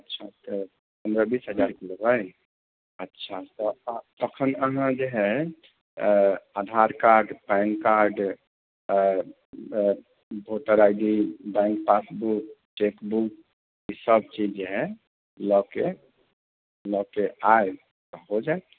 अच्छा तऽ पन्द्रह बीस हजारके लेबै अच्छा तऽ तखन अहाँ जे है Aadhaar card PAN card voter I D bank passbook chequebook ई सभ चीज जे है लऽके लऽके आएब तऽ हो जाएत